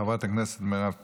חברת הכנסת מירב כהן,